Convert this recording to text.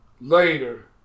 later